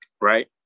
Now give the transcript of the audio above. right